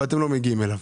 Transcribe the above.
ואתם לא מגיעים אליו.